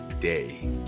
day